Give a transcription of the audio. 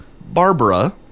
Barbara